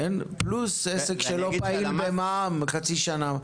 פלוס עסק שלא פעיל במע"מ מזה חצי שנה.